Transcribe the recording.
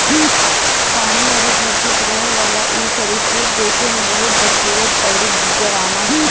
पानी अउरी धरती पे रहेवाला इ सरीसृप देखे में बहुते बदसूरत अउरी डरावना होला